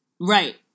Right